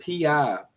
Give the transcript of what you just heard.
PI